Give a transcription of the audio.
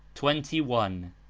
twenty one